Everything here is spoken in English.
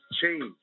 Change